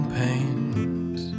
pains